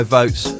votes